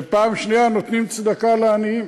ופעם שנייה נותנים צדקה לעניים.